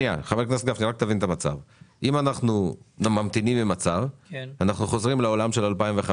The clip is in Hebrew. אם אנחנו ממתינים עם הצו אנחנו חוזרים ל-2015